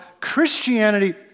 Christianity